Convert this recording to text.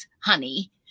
honey